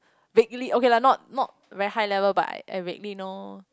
vaguely okay lah not not very high level but I vaguely know